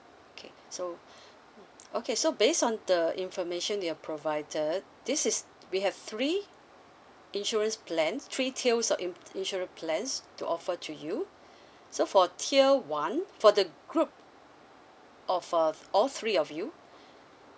okay so mm okay so based on the information you're provided this is we have three insurance plans three tier of insurance plans to offer to you so for tier one for the group or for all three of you